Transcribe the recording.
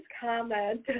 comment